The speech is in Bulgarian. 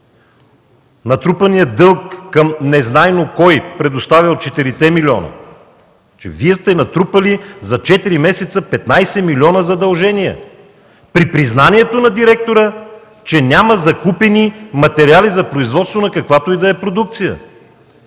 Натрупаният дълг към незнайно кой, предоставил 4-те милиона, значи Вие сте натрупали за четири месеца 15 милиона задължения при признанието на директора, че няма закупени материали за производство на каквато и да е продукция.